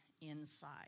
inside